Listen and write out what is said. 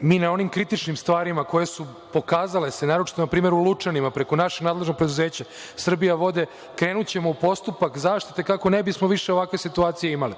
mi na onim kritičnim stvarima koje su se pokazale, naročito na primeru u Lučanima, preko našeg nadležnog preduzeća „Srbijavode“, krenućemo u postupak zaštite, kako ne bismo više ovakve situacije imali.